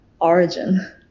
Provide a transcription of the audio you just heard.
Origin